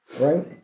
right